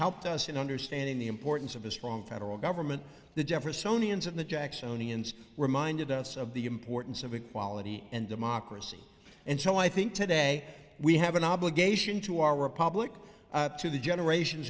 helped us in understanding the importance of a strong federal government the jeffersonian of the jacksonian reminded us of the importance of equality and democracy and so i think today we have an obligation to our republic to the generations